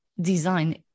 design